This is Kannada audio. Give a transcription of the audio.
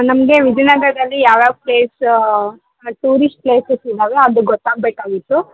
ನಮಗೆ ವಿಜಯನಗರ್ದಲ್ಲಿ ಯಾವ್ಯಾವ ಪ್ಲೇಸ್ ಟೂರಿಸ್ಟ್ ಪ್ಲೇಸಸ್ ಇದ್ದಾವೆ ಅದು ಗೊತ್ತಾಗಬೇಕಾಗಿತ್ತು